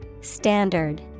Standard